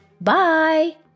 Bye